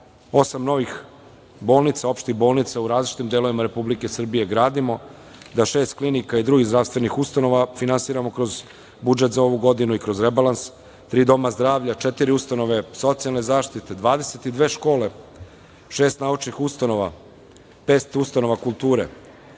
opštih bolnica u različitih delovima Republike Srbije gradimo, da šest klinika i drugih zdravstvenih ustanova finansiramo kroz budžet za ovu godinu i kroz rebalans, tri doma zdravlja, četiri ustanove socijalne zaštite, 22 škole, šest naučnih ustanova, pet ustanova kulture